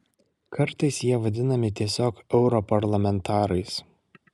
kartais jie vadinami tiesiog europarlamentarais